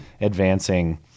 advancing